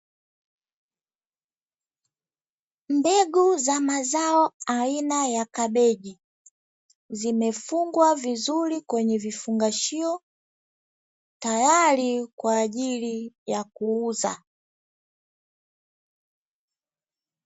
Mbegu za mazao aina ya kabeji zimefungwa vizuri kwenye vifungashio tayari kwa ajili ya kuuza.